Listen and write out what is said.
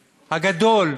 הגדול,